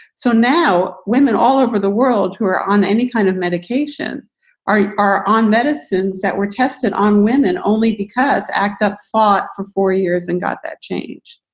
so now women all over the world who are on any kind of medication are are on medicines that were tested on women only because act up fought for four years and got that change.